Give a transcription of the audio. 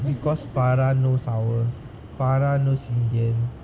because farah knows our farah knows indian